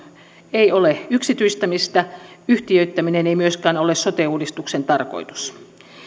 ei ole yksityistämistä yhtiöittäminen ei myöskään ole sote uudistuksen tarkoitus